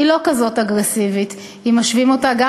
היא לא כזאת אגרסיבית אם משווים אותה גם